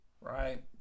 Right